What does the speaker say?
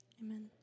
amen